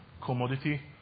commodity –